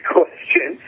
question